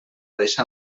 deixar